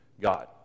God